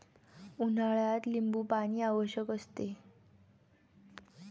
उन्हाळ्यात लिंबूपाणी आवश्यक असते